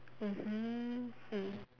mmhmm mm